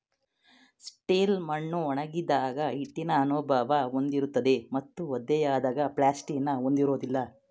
silt ಮಣ್ಣು ಒಣಗಿದಾಗ ಹಿಟ್ಟಿನ ಅನುಭವ ಹೊಂದಿರುತ್ತದೆ ಮತ್ತು ಒದ್ದೆಯಾದಾಗ ಪ್ಲಾಸ್ಟಿಟಿನ ಹೊಂದಿರೋದಿಲ್ಲ